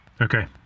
Okay